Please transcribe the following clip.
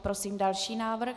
Prosím další návrh.